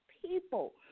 People